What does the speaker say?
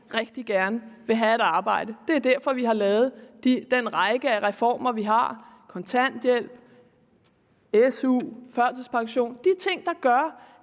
rigtig gerne vil have et arbejde, og det er derfor, vi har lavet den række reformer, vi har, om kontanthjælp, SU, førtidspension – de ting, der gør,